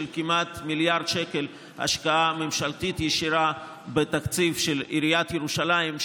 כמעט מיליארד שקל השקעה ממשלתית ישירה בתקציב עיריית ירושלים.